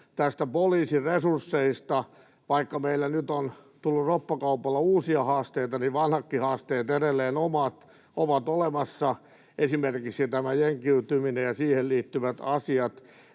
näistä poliisin resursseista. Vaikka meillä nyt on tullut roppakaupalla uusia haasteita, niin vanhatkin haasteet edelleen ovat olemassa, esimerkiksi tämä jengiytyminen ja siihen liittyvät asiat.